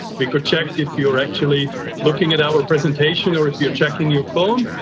we could check if you're actually looking at our presentation or if you're checking your phone.